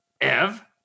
Ev